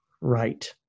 right